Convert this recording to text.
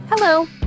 Hello